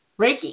Reiki